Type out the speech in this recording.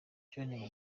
john